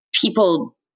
people